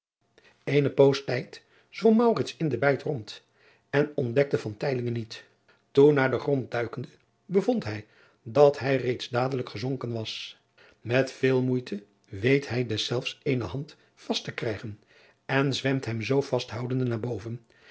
ene poos tijd zwom in de bijt rond en ontdekte niet toen naar den grond duikende bevond hij dat hij reeds dadelijk gezonken was et veel moeite weet hij deszelfs eene hand vast te krijgen en zwemt hem zoo vasthoudende naar boven